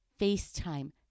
FaceTime